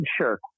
sure